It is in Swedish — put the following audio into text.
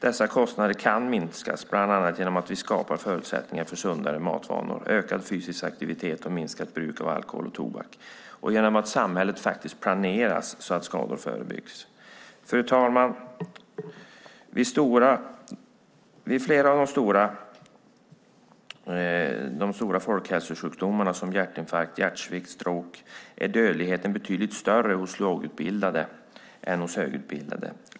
Dessa kostnader kan minskas, bland annat genom att vi skapar förutsättningar för sundare matvanor, ökad fysisk aktivitet, minskat bruk av alkohol och tobak och genom att samhället faktiskt planeras så att skador förebyggs. Fru talman! Vid flera av de stora folksjukdomarna, som hjärtinfarkt, hjärtsvikt och stroke är dödligheten betydligt större hos lågutbildade än hos högutbildade.